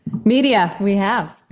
media we have.